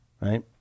Right